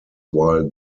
while